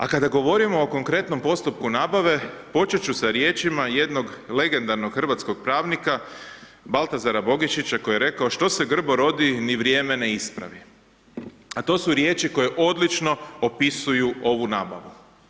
A kada govorimo o konkretnom postupku nabave, počet ću sa riječima jednog legendarnog hrvatskog pravnika Baltazara Bogičića koji rekao „Što se grbo rodi, ni vrijeme ne ispravi“ a to su riječi koje odlično opisuju ovu nabavu.